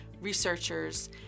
researchers